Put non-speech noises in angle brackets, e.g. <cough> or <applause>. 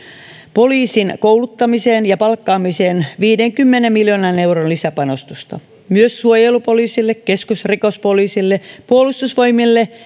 poliisin kouluttamiseen ja palkkaamiseen viidenkymmenen miljoonan euron lisäpanostusta myös suojelupoliisille keskusrikospoliisille puolustusvoimille <unintelligible>